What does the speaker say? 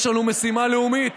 יש לנו משימה לאומית